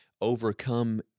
overcome